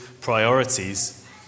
priorities